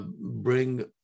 bring